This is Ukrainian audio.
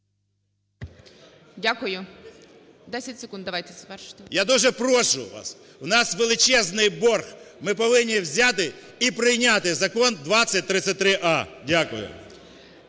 Дякую. 10 секунд, давайте, завершуйте. ЧУМАК В.В. Я дуже прошу вас. У нас величезний борг, ми повинні взяти і прийняти Закон 3033-а. Дякую.